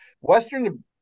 Western